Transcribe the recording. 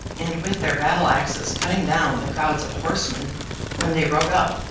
and with their battle-axes cutting down the crowds of horsemen when they rode up,